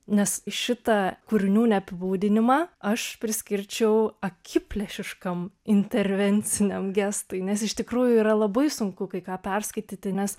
nes į šitą kūrinių neapibūdinimą aš priskirčiau akiplėšiškam intervenciniam gestui nes iš tikrųjų yra labai sunku kai ką perskaityti nes